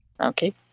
Okay